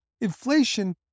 Inflation